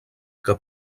que